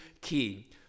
key